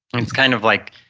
it's kind of like,